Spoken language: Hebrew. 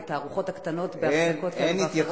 ואת הארוחות הקטנות בהפסקות כאלה ואחרות.